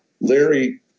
Larry